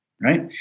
right